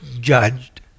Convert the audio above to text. judged